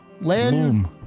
loom